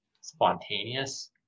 spontaneous